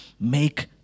Make